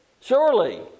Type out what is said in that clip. surely